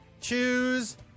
Choose